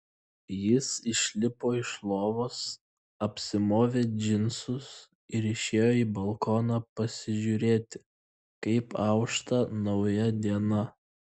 jis išlipo iš lovos apsimovė džinsus ir išėjo į balkoną pasižiūrėti kaip aušta nauja diena